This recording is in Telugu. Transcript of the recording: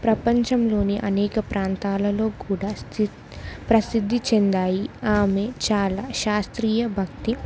ప్రపంచంలోని అనేక ప్రాంతాలలో కూడా ప్రసిద్ధి చెందాయి ఆమె చాలా శాస్త్రీయ భక్తి